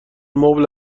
مبل